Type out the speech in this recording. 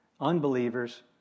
unbelievers